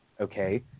okay